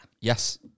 Yes